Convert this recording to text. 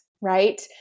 right